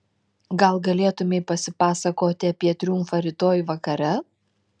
gal galėtumei pasipasakoti apie triumfą rytoj vakare